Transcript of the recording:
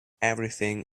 everything